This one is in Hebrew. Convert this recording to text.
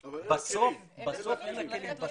אבל בסוף אין לה כלים.